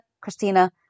Christina